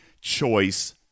choice